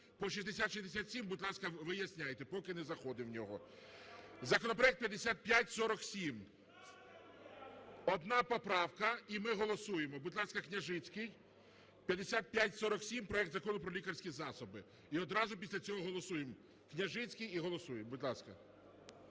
По 6067, будь ласка, виясняйте, поки не заходимо в нього. Законопроект 5547, одна поправка і ми голосуємо. Будь ласка, Княжицький, 5547 - проект Закону про лікарські засоби. І одразу після цього голосуємо, Княжицький і голосуємо. Будь ласка.